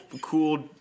cool